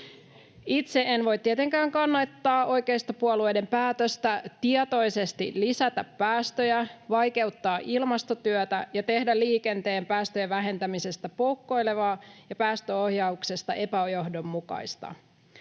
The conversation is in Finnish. Itse en voi tietenkään kannattaa oikeistopuolueiden päätöstä tietoisesti lisätä päästöjä, vaikeuttaa ilmastotyötä ja tehdä liikenteen päästöjen vähentämisestä poukkoilevaa ja päästöohjauksesta epäjohdonmukaista.